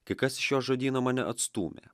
kai kas iš šio žodyno mane atstūmė